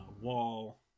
Wall